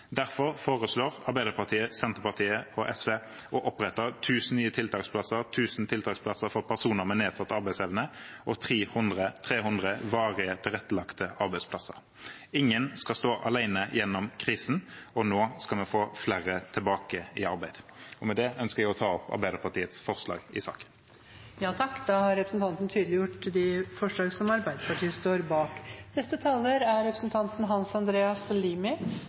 Derfor foreslår Arbeiderpartiet, Senterpartiet og SV å opprette 1 000 nye tiltaksplasser, 1 000 tiltaksplasser for personer med nedsatt arbeidsevne og 300 varig tilrettelagte arbeidsplasser. Ingen skal stå alene gjennom krisen. Nå skal vi få flere tilbake i arbeid. Med det ønsker jeg å ta opp de forslagene Arbeiderpartiet står bak. Representanten Eigil Knutsen har tatt opp de forslagene Arbeiderpartiet står bak.